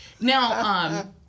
now